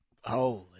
Holy